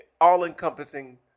all-encompassing